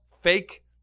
fake